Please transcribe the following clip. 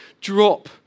drop